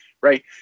right